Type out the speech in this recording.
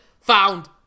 found